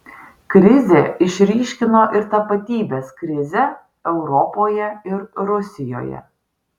krizė išryškino ir tapatybės krizę europoje ir rusijoje